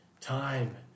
time